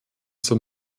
zur